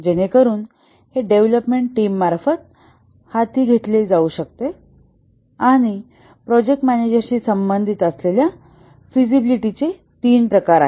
जेणेकरुन हे डेव्हलपमेंट टीमामार्फत हाती घेतले जाऊ शकते आणि प्रोजेक्ट मॅनेजरशी संबंधित असलेल्या फिजिबिलिटीचे 3 प्रकार आहेत